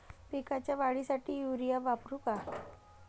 पिकाच्या वाढीसाठी युरिया वापरू का?